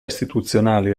istituzionali